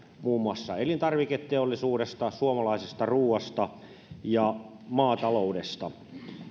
muun muassa elintarviketeollisuudesta suomalaisesta ruoasta ja maataloudesta